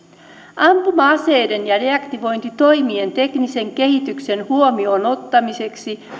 ampuma aseiden ja deaktivointitoimien teknisen kehityksen huomioon ottamiseksi